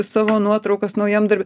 savo nuotraukas naujam darbe